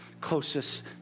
closest